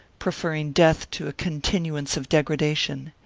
preferring death to a continuance of degradation.